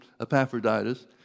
Epaphroditus